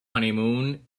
honeymoon